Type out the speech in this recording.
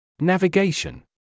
Navigation